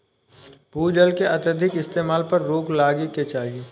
भू जल के अत्यधिक इस्तेमाल पर रोक लागे के चाही